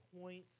point